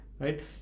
right